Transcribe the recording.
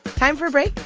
time for a break.